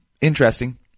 interesting